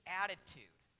attitude